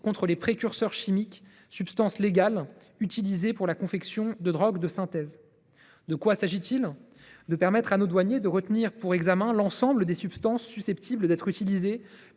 contre les précurseurs chimiques, substances légales utilisées pour la confection de drogues de synthèse. Il s’agit de permettre à nos douaniers de retenir pour examen l’ensemble des substances susceptibles d’être utilisées